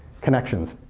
connections.